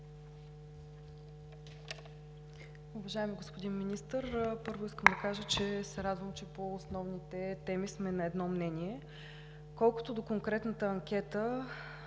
Уважаеми господин Министър, първо, искам да кажа, че се радвам, че по основните теми сме на едно мнение. Колкото до конкретната анкета